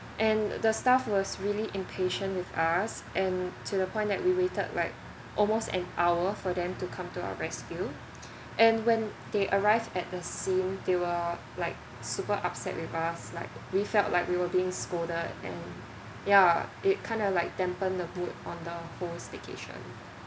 and the staff was really impatient with us and to the point that we waited like almost an hour for them to come to our rescue and when they arrived at the scene they were like super upset with us like we felt like we were being scolded and yeah it kind of like dampen the mood on the whole staycation